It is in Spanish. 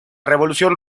revolución